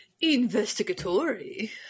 investigatory